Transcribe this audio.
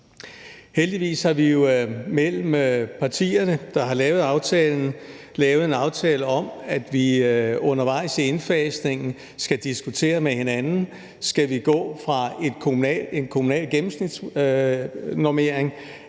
Heldigvis har vi jo mellem de partier, der har lavet aftalen, en aftale om, at vi undervejs i indfasningen skal diskutere med hinanden, om vi skal gå fra en kommunal gennemsnitsnormering